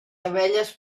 abelles